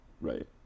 right